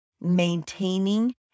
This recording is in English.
maintaining